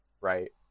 right